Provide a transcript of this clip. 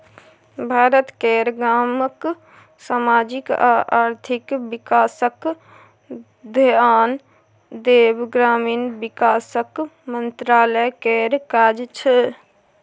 भारत केर गामक समाजिक आ आर्थिक बिकासक धेआन देब ग्रामीण बिकास मंत्रालय केर काज छै